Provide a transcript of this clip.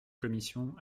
commission